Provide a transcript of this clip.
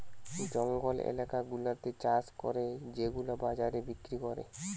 জঙ্গল এলাকা গুলাতে চাষ করে সেগুলা বাজারে বিক্রি করে